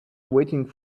waiting